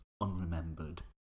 unremembered